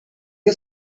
you